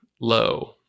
low